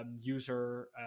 user